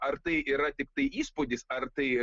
ar tai yra tiktai įspūdis ar tai